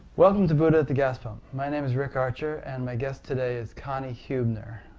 welcome to buddha at the gas pump. my name is rick archer. and my guest today is connie huebner.